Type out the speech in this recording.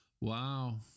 Wow